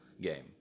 game